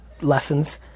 lessons